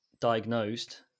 diagnosed